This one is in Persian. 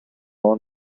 اون